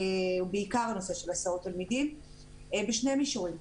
בעיקר הנושא של הסעות תלמידים, בשני מישורים.